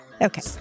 Okay